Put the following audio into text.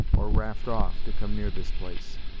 or raft off, to come near this place.